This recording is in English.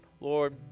Lord